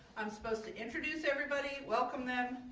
i'm supposed to introduce everybody. welcome them.